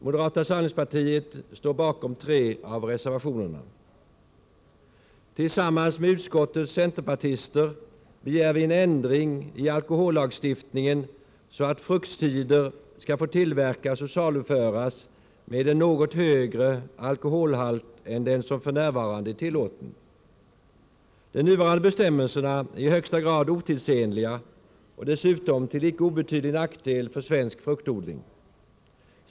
Moderata samlingspartiet står bakom tre av reservationerna. Tillsammans med utskottets centerpartister begär vi en ändring i alkohollagstiftningen så att fruktcider skall få tillverkas och saluföras med en något högre alkoholhalt än den som f.n. är tillåten. De nuvarande bestämmelserna är i högsta grad otidsenliga och dessutom tillicke obetydlig nackdel för svensk fruktodling.